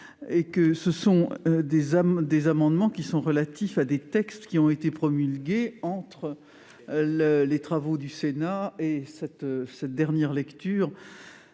il s'agit d'amendements relatifs à des textes qui ont été promulgués entre les travaux du Sénat et cette dernière lecture,